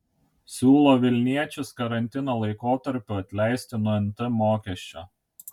siūlo vilniečius karantino laikotarpiu atleisti nuo nt mokesčio